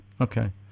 Okay